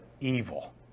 evil